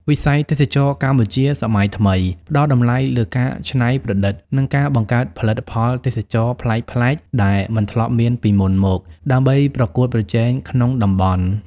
វិស័យទេសចរណ៍កម្ពុជាសម័យថ្មី ផ្ដល់តម្លៃលើការច្នៃប្រឌិត និងការបង្កើតផលិតផលទេសចរណ៍ប្លែកៗដែលមិនធ្លាប់មានពីមុនមក ដើម្បីប្រកួតប្រជែងក្នុងតំបន់។